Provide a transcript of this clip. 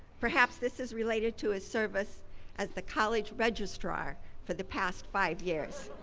perhaps this is related to his service as the college registrar for the past five years.